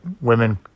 women